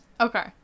Okay